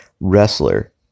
wrestler